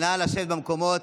נא לשבת במקומות.